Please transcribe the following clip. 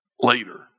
later